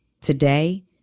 today